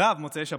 מוצאי שבת.